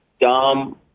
dumb